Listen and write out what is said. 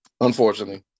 Unfortunately